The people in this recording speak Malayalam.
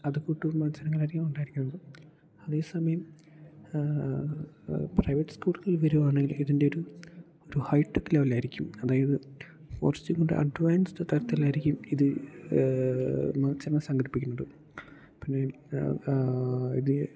അതു കൂട്ടുള്ള മത്സരങ്ങളായിരിക്കും ഉണ്ടായിരിക്കുന്നത് അതേസമയം പ്രൈവറ്റ് സ്കൂളുകളിൽ വരുവാന്നെങ്കിൽ ഇതിൻ്റെ ഒരു ഒരു ഹൈടെക് ലെവലിൽ ആയിരിക്കും അതായത് കുറച്ചും കൂടെ അഡ്വാൻസ്ഡ് തരത്തിലായിരിക്കും ഇത് മത്സരങ്ങൾ സംഘടിപ്പിക്കണത് പിന്നെ ഇത്